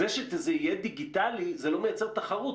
זה שזה יהיה דיגיטלי, זה לא מייצר תחרות.